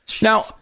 Now